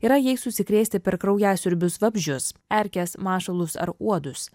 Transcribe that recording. yra jais užsikrėsti per kraujasiurbius vabzdžius erkes mašalus ar uodus